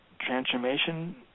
transformation